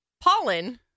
Pollen